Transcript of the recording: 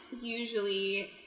usually